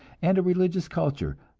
and a religious culture,